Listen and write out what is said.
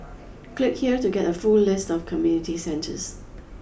click here to get a full list of community centres